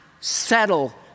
settle